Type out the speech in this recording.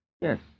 Yes